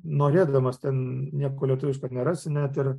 norėdamas ten nieko lietuviško nerasi net ir